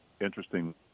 interesting